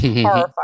horrifying